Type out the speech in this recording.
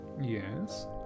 Yes